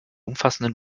umfassenden